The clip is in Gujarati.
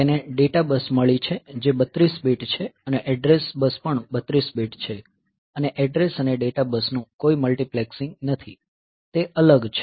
તેને ડેટા બસ મળી છે જે 32 બીટ છે અને એડ્રેસ બસ પણ 32 બીટ છે અને એડ્રેસ અને ડેટા બસનું કોઈ મલ્ટિપ્લેક્સીંગ નથી તે અલગ છે